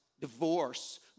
divorce